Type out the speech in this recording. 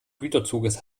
güterzuges